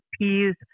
peas